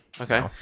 Okay